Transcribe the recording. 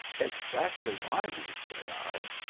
exactly my route, said i.